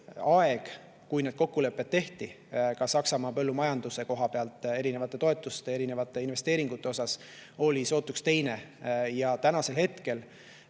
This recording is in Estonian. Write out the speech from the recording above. kui need kokkulepped tehti Saksamaa põllumajanduse koha pealt erinevate toetuste, erinevate investeeringute kohta, oli sootuks teine. Täna,